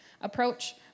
approach